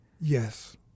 Yes